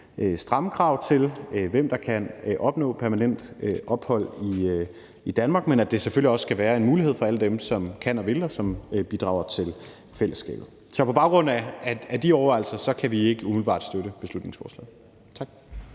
stramme krav til, hvem der kan opnå permanent ophold i Danmark, men at der på den anden side selvfølgelig også skal være en mulighed for alle dem, der kan og vil, og som bidrager til fællesskabet. Så på baggrund af de overvejelser kan vi ikke umiddelbart støtte beslutningsforslaget. Tak.